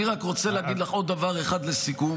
אני רק רוצה להגיד לך עוד דבר אחד לסיכום,